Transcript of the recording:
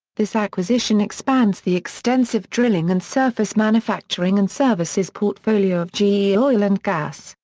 this acquisition expands the extensive drilling and surface manufacturing and services portfolio of ge oil and gas,